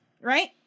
right